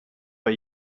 bei